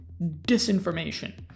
disinformation